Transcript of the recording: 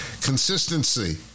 consistency